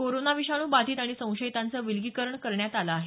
corona विषाणू बाधित आणि संशयितांचं विलगीकरण करण्यात आलं आहे